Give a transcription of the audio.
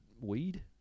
weed